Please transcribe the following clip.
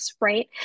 right